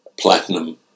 platinum